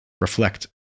reflect